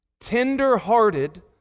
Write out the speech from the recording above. tender-hearted